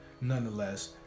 nonetheless